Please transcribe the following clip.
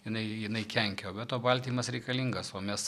jinai jinai kenkia o be to baltymas reikalingas o mes